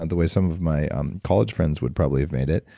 the way some of my college friends would probably have made it,